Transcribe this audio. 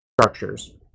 structures